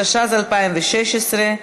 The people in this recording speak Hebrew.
התשע"ז 2016,